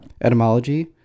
Etymology